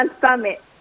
Summit